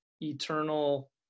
eternal